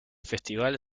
festival